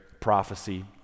prophecy